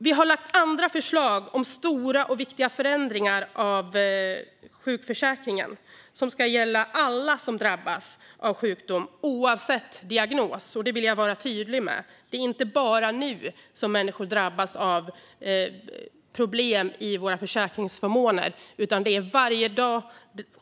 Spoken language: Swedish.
Vi har lagt fram andra förslag om stora och viktiga förändringar av sjukförsäkringen som ska gälla alla som drabbas av sjukdom oavsett diagnos. Detta vill jag vara tydlig med. Människor drabbas inte bara nu av problem vad gäller försäkringsförmånerna, utan det gäller varje dag.